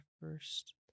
first